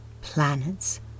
planets